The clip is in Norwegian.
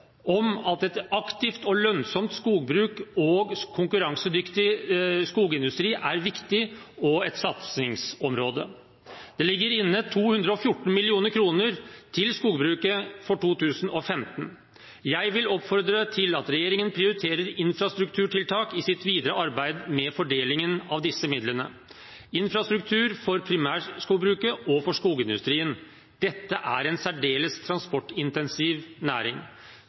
om at et aktivt og lønnsomt skogbruk og en konkurransedyktig skogindustri er viktig og et satsingsområde. Det ligger inne 214 mill. kr til skogbruket for 2015. Jeg vil oppfordre til at regjeringen prioriterer infrastrukturtiltak i sitt videre arbeid med fordelingen av disse midlene – infrastruktur for primærskogbruket og for skogindustrien. Dette er en særdeles transportintensiv næring.